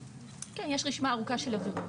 יש רשימה ארוכה של עבירות.